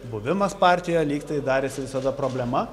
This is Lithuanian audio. buvimas partijoj lyg tai darėsi visada problema